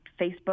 Facebook